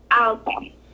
Okay